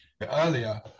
earlier